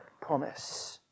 promise